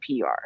PR